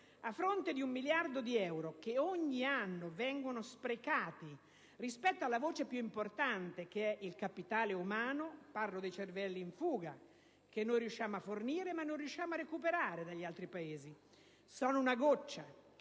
(a fronte di un miliardo di euro che ogni anno vengono sprecati rispetto alla voce più importante, che è il capitale umano: parlo dei cervelli in fuga che forniamo ma non riusciamo a recuperare dagli altri Paesi), sono una goccia che